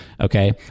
Okay